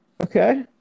Okay